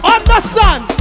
Understand